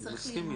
אני מסכים איתך.